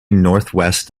northwest